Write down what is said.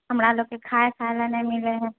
हमरा लोककेँ खाए खाए लए नहि मिलए है